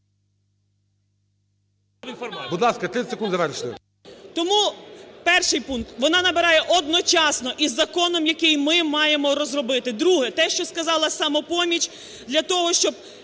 Будь ласка, 30 секунд завершити. ГОПКО Г.М. Тому, перший пункт, вона набирає одночасно із законом, який ми маємо розробити. Друге. Те, що сказала "Самопоміч", для того, щоб…